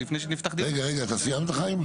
רגע, אתה סיימת, חיים?